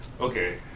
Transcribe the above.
Okay